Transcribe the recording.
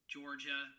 Georgia